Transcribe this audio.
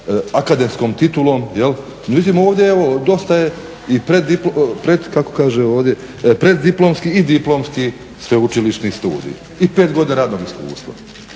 akademskom titulom. Međutim, ovdje je evo dosta je i preddiplomski i diplomski sveučilišni studij i 5 godina radnog iskustva.